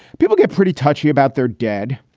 people get pretty touchy about their dead.